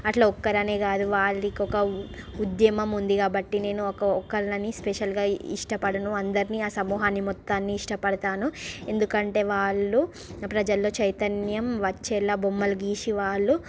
అట్ల ఒక్కరనే కాదు వాళ్ళకి ఒక ఉద్యమం ఉంది కాబట్టీ నేనూ ఒక్క ఒక్కరిని స్పెషల్గా ఇష్టపడను అందర్నీ ఆ సమూహాన్ని మొత్తాన్ని ఇష్టపడుతాను ఎందుకంటే వాళ్ళు ప్రజల్లో చైతన్యం వచ్చేల బొమ్మలు గీసి వాళ్ళు